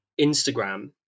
instagram